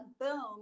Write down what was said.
boom